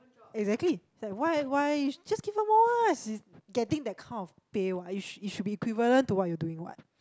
exactly like why why just give her more lah she's getting that kind of pay what it it should be equivalent to what you are doing what